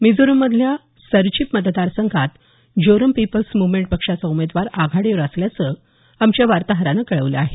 मिजोरममधल्या सरचिप मतदारसंघात Zoram People's Movement पक्षाचा उमेदवार आघाडीवर असल्याचं आमच्या वार्ताहरानं कळवलं आहे